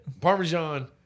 Parmesan